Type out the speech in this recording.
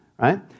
right